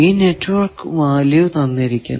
ഈ network value തന്നിരിക്കുന്നു